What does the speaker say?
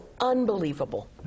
unbelievable